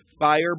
Fire